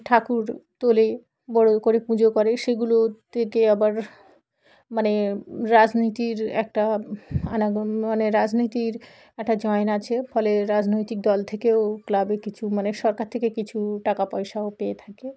ঠাকুর তোলে বড় করে পুজো করে সেগুলো থেকে আবার মানে রাজনীতির একটা আনাগোনা মানে রাজনীতির একটা জয়েন আছে ফলে রাজনৈতিক দল থেকেও ক্লাবে কিছু মানে সরকার থেকে কিছু টাকা পয়সাও পেয়ে থাকে